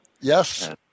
Yes